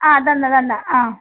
ആ തന്നെ തന്നെ ആ